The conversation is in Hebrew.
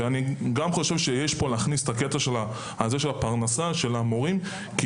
גם פה צריך להכניס את העניין של הפרנסה של המאמנים כי